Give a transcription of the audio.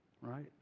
Right